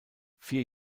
vier